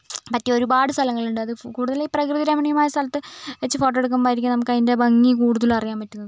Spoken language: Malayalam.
പറ്റിയ ഒരുപാട് സ്ഥലങ്ങളുണ്ട് കൂടുതല് പ്രകൃതി രമണീയമായ സ്ഥലത്ത് വച്ച് ഫോട്ടോ എടുക്കുമ്പോഴായിരിക്കും നമുക്കതിൻറ്റെ ഭംഗി കൂടുതലും അറിയാൻ പറ്റുന്നത്